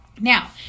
now